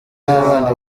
n’abana